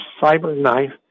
Cyberknife